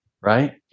right